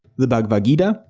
the bhagavad gita,